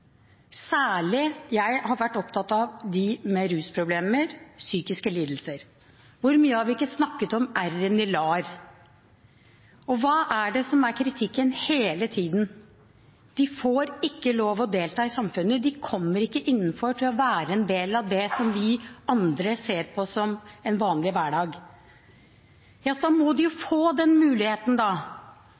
særlig vært opptatt av dem med rusproblemer og psykiske lidelser. Hvor mye har vi ikke snakket om R-en i LAR? Og hva er kritikken hele tiden? De får ikke lov til å delta i samfunnet, de kommer ikke innenfor for å være en del av det vi andre ser på som en vanlig hverdag. Da må de jo få den muligheten!